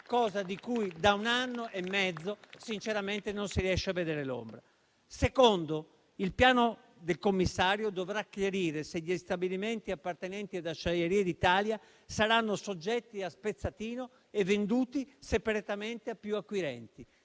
cosa di cui da un anno e mezzo sinceramente non si riesce a vedere l'ombra. Il secondo aspetto è che il piano del commissario dovrà chiarire se gli stabilimenti appartenenti ad Acciaierie d'Italia saranno soggetti a spezzatino e venduti separatamente a più acquirenti.